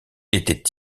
était